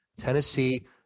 Tennessee